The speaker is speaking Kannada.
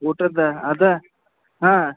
ಊಟದ್ದಾ ಅದ ಹಾಂ